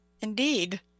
indeed